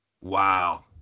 Wow